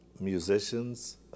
Musicians